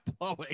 blowing